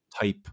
type